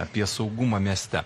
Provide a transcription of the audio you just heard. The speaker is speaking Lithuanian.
apie saugumą mieste